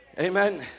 Amen